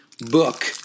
book